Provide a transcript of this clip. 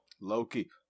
Loki